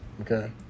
Okay